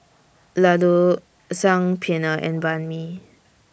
Ladoo Saag Paneer and Banh MI